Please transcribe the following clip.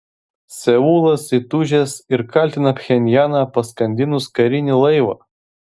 seulas įtūžęs ir kaltina pchenjaną paskandinus karinį laivą